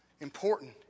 important